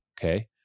okay